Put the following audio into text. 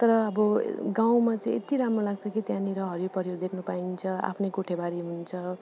तर अब गाउँमा चाहिँ यति राम्रो लाग्छ कि त्यहाँनिर हरियोपरियो देख्नु पाइन्छ आफ्नै कोठेबारी हुन्छ